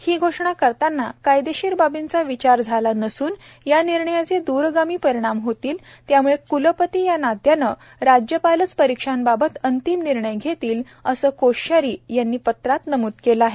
ही घोषणा करताना कायदेशीर बाबींचा विचार झाला नसून या निर्णयाचे दुरगामी परिणाम होतील त्यामुळे कुलपती या नात्यानं राज्यपालच परीक्षांबाबत अंतिम निर्णय घेतील असं कोश्यारी यांनी पत्रात नमूद केलं आहे